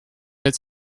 its